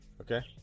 okay